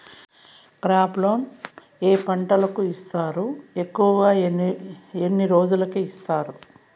crop loan ఏ పంటలకు ఇస్తారు ఎక్కువగా ఎన్ని రోజులకి ఇస్తారు